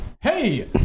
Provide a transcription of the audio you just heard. Hey